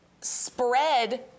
spread